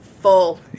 full